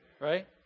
Right